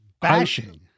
Bashing